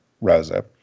Rosa